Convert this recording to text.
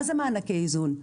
מה זה מענקי איזון?